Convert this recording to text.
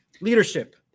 leadership